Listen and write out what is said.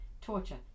torture